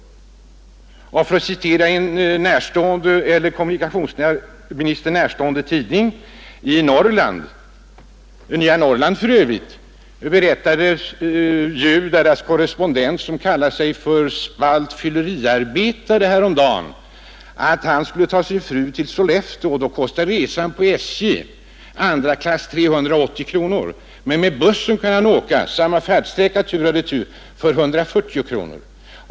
För att citera en kommunikationsministern närstående tidning Nya Norrland kan jag säga att tidningens korrespondent, som kallar sig Spaltfylleriarbetare, häromdagen berättade att han skulle resa med sin fru till Sollefteå. Då kostade resan på SJ andra klass 380 kronor, men med buss kunde han åka samma färdsträcka tur och retur för 140 kronor.